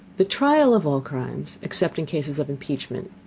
the trial of all crimes, except in cases of impeachment,